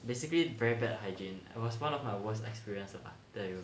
basically very bad hygiene I was one of my worst experience that I about to tell you